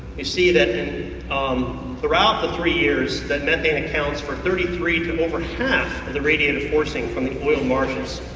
you see and um throughout the three years that methane accounts for thirty three to over half of the radiative forcing from the oiled marshes.